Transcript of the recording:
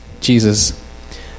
Jesus